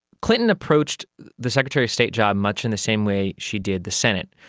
clinton approached the secretary of state job much in the same way she did the senate,